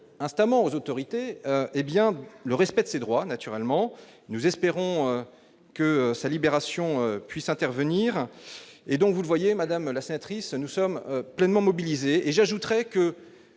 instamment aux autorités, hé bien, le respect de ses droits, naturellement, nous espérons que sa libération puisse intervenir et donc vous le voyez madame la sénatrice, nous sommes pleinement mobilisés et j'ajouterai que